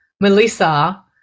Melissa